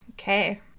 Okay